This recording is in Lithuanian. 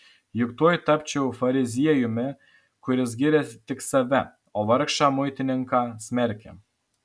juk tuoj tapčiau fariziejumi kuris giria tik save o vargšą muitininką smerkia